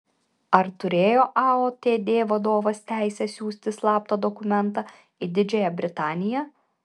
ar turėjo aotd vadovas teisę siųsti slaptą dokumentą į didžiąją britaniją